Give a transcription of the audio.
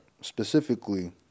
specifically